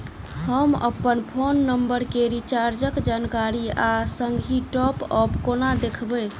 हम अप्पन phone number केँ रिचार्जक जानकारी आ संगहि टॉप अप कोना देखबै?